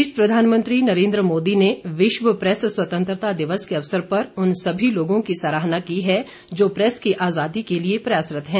इस बीच प्रधानमंत्री नरेन्द्र मोदी ने विश्व प्रेस स्वतंत्रता दिवस के अवसर पर उन सभी लोगों की सराहना की है जो प्रेस की आजादी के लिए प्रयासरत हैं